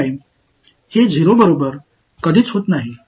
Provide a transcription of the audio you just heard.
அதை a என்று வைத்துக்கொள்வோம்